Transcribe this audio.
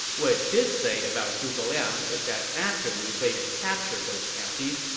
what it did say about zhuge liang is that after liu bei had captured those counties,